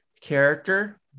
character